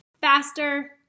faster